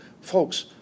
folks